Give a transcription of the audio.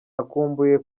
akumbuye